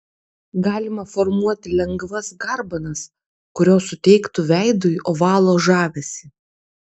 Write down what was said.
galima formuoti lengvas garbanas kurios suteiktų veidui ovalo žavesį